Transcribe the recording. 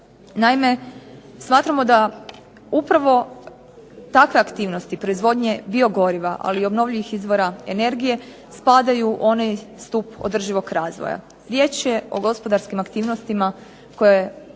Naime, smatramo da upravo takve aktivnosti proizvodnje biogoriva, ali i obnovljivih izvora energije spadaju u onaj stup održivog razvoja. Riječ je o gospodarskim aktivnostima koje